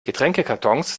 getränkekartons